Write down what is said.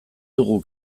dugu